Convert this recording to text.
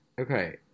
Okay